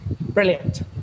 brilliant